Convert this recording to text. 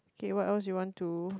kay what else you want to